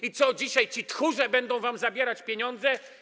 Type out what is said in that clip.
I co, dzisiaj ci tchórze będą wam zabierać pieniądze?